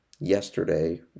yesterday